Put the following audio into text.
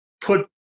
put